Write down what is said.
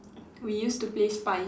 we used to play spies